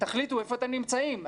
תחליטו איפה אתם נמצאים.